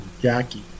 Jackie